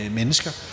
mennesker